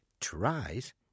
tries